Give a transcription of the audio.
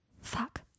Fuck